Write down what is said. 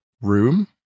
room